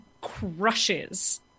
crushes